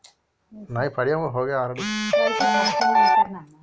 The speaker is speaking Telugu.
పశువులు ఎన్ని నెలలకు ప్రసవిస్తాయి?